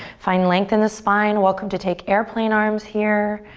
find length in the spine, welcome to take airplane arms here.